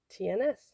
TNS